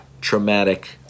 traumatic